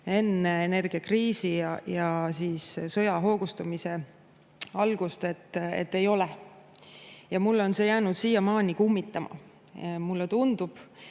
enne energiakriisi ja sõja hoogustumise algust, et ei ole. Mind on see jäänud siiamaani kummitama. Mulle tundub,